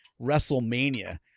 WrestleMania